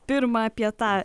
pirma apie tą